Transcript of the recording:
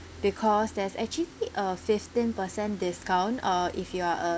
because there's actually a fifteen percent discount uh if you are a